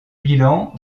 bilan